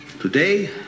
Today